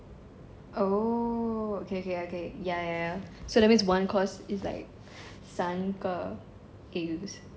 oh okay okay I get it ya ya ya ya so that means one course is like 三个 A_U